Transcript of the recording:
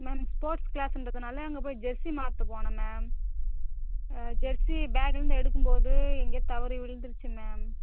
ma'am sports க்ளாஸ்ஸுன்றதுனால அங்கே போய் ஜெர்சி மாற்ற போனேன் மேம் ஜெர்சி பேக்குலேருந்து எடுக்கும்போது எங்கேயோ தவறி விழுந்துருச்சி மேம்